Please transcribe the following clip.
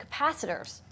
capacitors